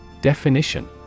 Definition